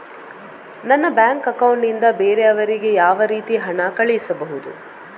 ನನ್ನ bank account ನಿಂದ ಬೇರೆಯವರಿಗೆ ಯಾವ ರೀತಿ ಹಣ ಕಳಿಸಬಹುದು?